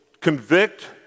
convict